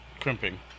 crimping